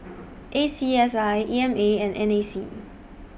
A C S I E M A and N A C